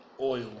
oil